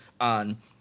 on